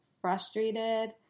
frustrated